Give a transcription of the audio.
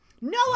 No